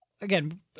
again